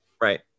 Right